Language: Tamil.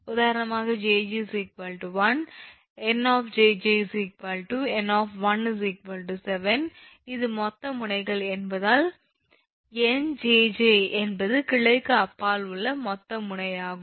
உதாரணமாக 𝑗𝑗 1 𝑁 𝑗𝑗 𝑁 7 இது மொத்த முனைகள் என்பதால் N jj என்பது கிளைக்கு அப்பால் உள்ள மொத்த முனை ஆகும்